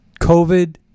covid